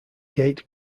gate